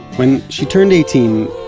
when she turned eighteen,